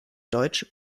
deutsch